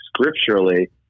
scripturally